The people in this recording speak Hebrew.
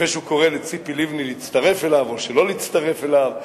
לפני שהוא קורא לציפי לבני להצטרף אליו או שלא להצטרף אליו,